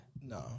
No